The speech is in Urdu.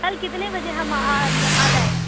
کل کتنے بجے ہم آ جائیں